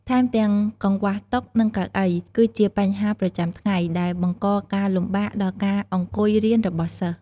ថែមទាំងកង្វះតុ និងកៅអី គឺជាបញ្ហាប្រចាំថ្ងៃ ដែលបង្កការលំបាកដល់ការអង្គុយរៀនរបស់សិស្ស។